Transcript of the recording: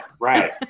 right